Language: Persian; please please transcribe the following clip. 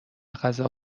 غذا